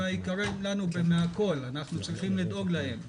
הם יקרים לנו מהכול ואנחנו צריכים לדאוג להם.